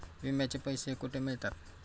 विम्याचे पैसे कुठे मिळतात?